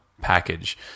package